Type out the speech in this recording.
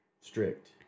strict